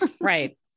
Right